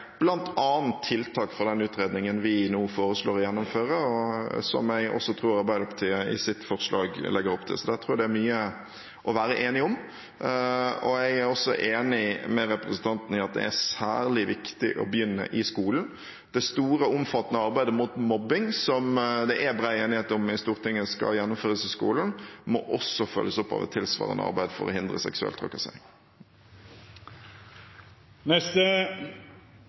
bl.a. tiltak fra den utredningen vi nå foreslår å gjennomføre, som jeg også tror Arbeiderpartiet i sitt forslag legger opp til. Så der tror jeg det er mye å være enig om. Jeg er også enig med representanten i at det er særlig viktig å begynne i skolen. Det store, omfattende arbeidet mot mobbing, som det er bred enighet i Stortinget om at skal gjennomføres i skolen, må også følges opp av et tilsvarende arbeid for å hindre seksuell trakassering.